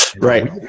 Right